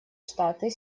штаты